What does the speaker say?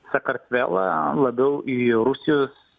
sakartvelą labiau į rusijos